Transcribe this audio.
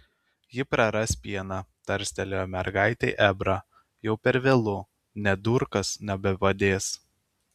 ji praras pieną tarstelėjo mergaitei ebrą jau per vėlu nė durkas nebepadės